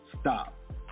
stop